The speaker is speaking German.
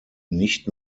nicht